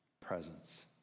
presence